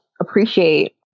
appreciate